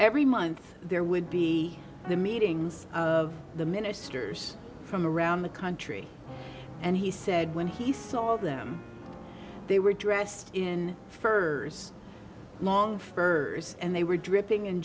every month there would be the meetings of the ministers from around the country and he said when he saw them they were dressed in furs long furs and they were dripping in